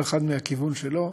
כל אחד מהכיוון שלו.